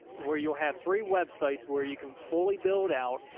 where you have three websites where you can fully build out,